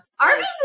Arby's